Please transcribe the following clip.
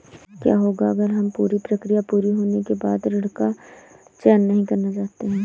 क्या होगा अगर हम पूरी प्रक्रिया पूरी होने के बाद ऋण का चयन नहीं करना चाहते हैं?